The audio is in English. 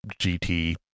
GT